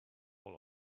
all